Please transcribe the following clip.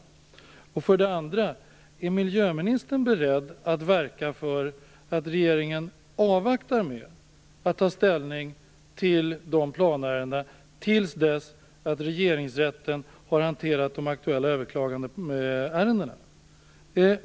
För det andra: Är miljöministern beredd att verka för att regeringen avvaktar med att ta ställning till dessa planärenden tills regeringsrätten har hanterat de aktuella överklagandeärendena?